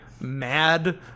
mad